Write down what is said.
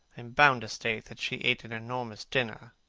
i am bound to state that she ate an enormous dinner,